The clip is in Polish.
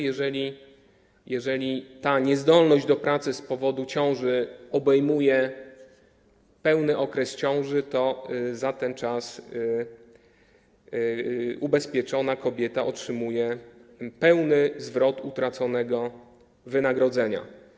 Jeżeli ta niezdolność do pracy z powodu ciąży obejmuje okres całej ciąży, to za ten czas ubezpieczona kobieta otrzymuje pełny zwrot utraconego wynagrodzenia.